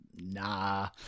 nah